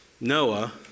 Noah